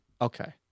Okay